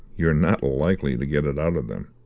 you're not likely to get it out of them.